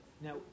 Now